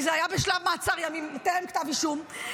כי זה היה בשלב מעצר ימים בטרם כתב אישום,